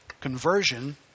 Conversion